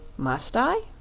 must i?